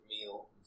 meal